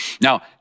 Now